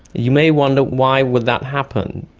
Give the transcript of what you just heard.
you may wonder why would that happen,